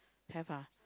have ah